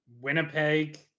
Winnipeg